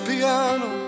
Piano